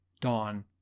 Dawn